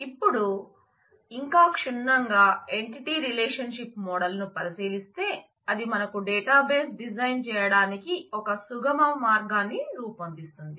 ఇపుడు ఇంకా క్షుణ్ణంగా ఎంటిటీ రిలేషన్షిప్ మోడల్ డిజైన్ చేయడానికి ఒక సుగమ మార్గాన్ని రూపొందిస్తుంది